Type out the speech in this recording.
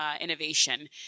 innovation